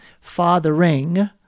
fathering